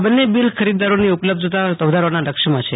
બંને બિલ ખરીદદારોની ઉપલબ્ધતા વધારવાના લક્ષ્યમાં છે